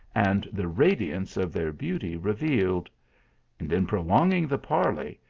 and the radiance of their beauty revealed and in prolonging the parley,